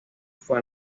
fue